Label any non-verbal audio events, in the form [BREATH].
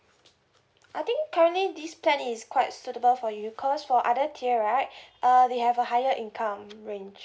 I think currently this plan is quite suitable for you cause for other tier right [BREATH] uh they have a higher income range